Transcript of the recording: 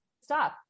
stop